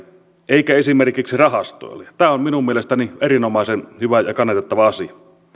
eikä esimerkiksi rahastoille tämä on minun mielestäni erinomaisen hyvä ja kannatettava asia